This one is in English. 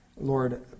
Lord